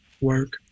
work